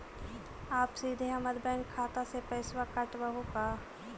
आप सीधे हमर बैंक खाता से पैसवा काटवहु का?